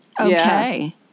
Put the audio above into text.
Okay